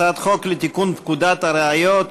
הצעת חוק לתיקון פקודת הראיות